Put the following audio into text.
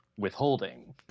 withholding